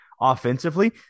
offensively